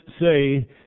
say